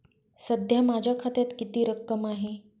सध्या माझ्या खात्यात किती रक्कम आहे?